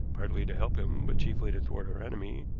partly to help him, but chiefly to thwart her enemy,